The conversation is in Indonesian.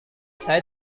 saya